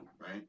right